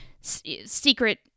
secret